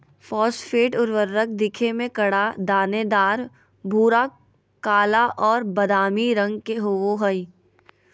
phosphate उर्वरक दिखे में कड़ा, दानेदार, भूरा, काला और बादामी रंग के होबा हइ